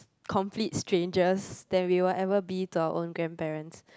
complete strangers than we whatever be to our own grandparents